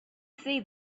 see